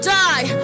die